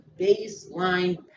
baseline